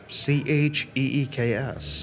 cheeks